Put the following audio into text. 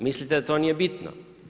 Mislite da to nije bitno?